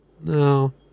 No